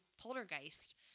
Poltergeist